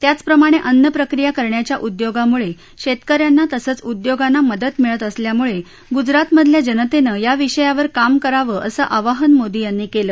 त्याचप्रमाणे अन्नप्रक्रिया करण्याच्या उद्योगामुळे शेतकऱ्यांना तसंच उद्योगांना मदत मिळत असल्यामुळे गुजरातमधल्या जनतेने या विषयावर काम करावं असं आवाहन मोदी यांनी केलं